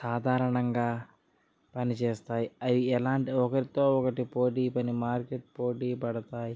సాధారణంగా పనిచేస్తాయి అవి ఎలా అంటే ఒకటితో ఒకటి పోటిపైనా మార్కెట్ పోటీపడతాయి